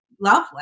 lovely